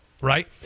right